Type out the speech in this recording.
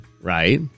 Right